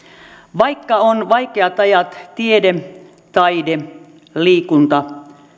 vaikka on vaikeat ajat tiede taide ja liikunta